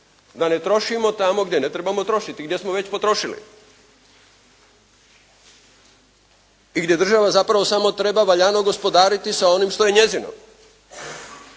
Da ne trošimo tamo gdje ne trebamo trošiti, gdje smo već potrošili. I gdje država zapravo samo treba valjano gospodariti sa onim što je njezino.